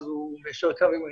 הוא מיישר קו עם הנושא.